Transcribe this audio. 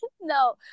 No